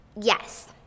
Yes